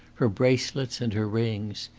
her bracelets, and her rings.